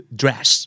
dress